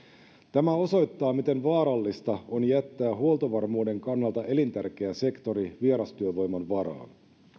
tämä osoittaa miten vaarallista on jättää huoltovarmuuden kannalta elintärkeä sektori vierastyövoiman varaan